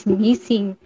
missing